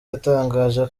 yatangaje